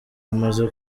amaze